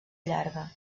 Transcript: llarga